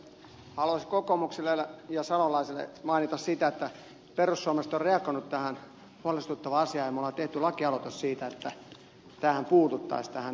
haluaisin kokoomukselle ja salolaiselle mainita siitä että perussuomalaiset on reagoinut tähän huolestuttavaan asiaan ja me olemme tehneet lakialoitteen siitä että tähän terrorismin valmisteluun puututtaisiin